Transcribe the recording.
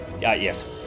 yes